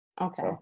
Okay